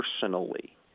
personally